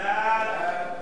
סעיף 3,